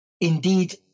Indeed